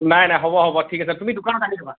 নাই নাই হ'ব হ'ব ঠিক আছে তুমি দোকানত আহি যাবা